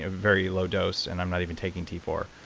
ah very low dose, and i'm not even taking t four.